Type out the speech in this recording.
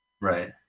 Right